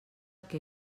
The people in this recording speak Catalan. que